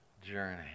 journey